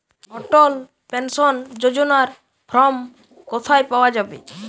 অটল pension যোজনার form কোথায় পাওয়া যাবে?